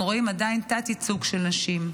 אנחנו רואים עדיין תת-ייצוג של נשים.